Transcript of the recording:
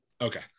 okay